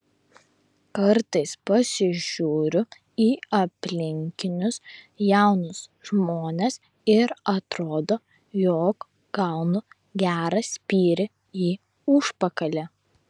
kartais pasižiūriu į aplinkinius jaunus žmones ir atrodo jog gaunu gerą spyrį į užpakalį